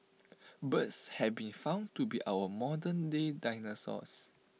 birds have been found to be our modernday dinosaurs